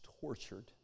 tortured